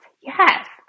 Yes